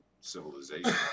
civilization